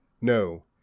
No